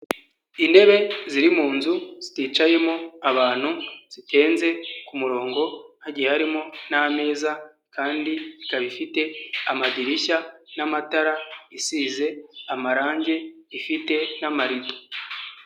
Intebe ziri mu nzu ziticayemo abantu, zitenze ku murongo hagi harimo n'ameza kandi ikaba ifite amadirishya n'amatara, isize amarangi ifite n'amarido.